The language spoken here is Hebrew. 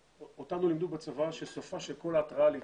אותנו לימדו בצבא שסופה של כל התרעה להתממש.